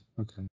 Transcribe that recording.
okay